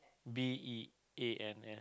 B E A N S